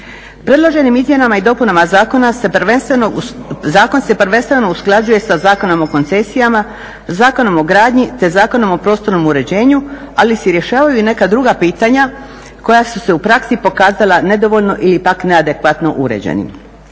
Predloženim izmjenama i dopunama zakon se prvenstveno usklađuje sa zakonom o koncesijama, Zakonom o gradnji te Zakonom o prostornom uređenju ali se rješavaju i neka druga pitanja koja su se u praksi pokazala nedovoljno ili pak neadekvatno uređenim.